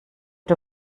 der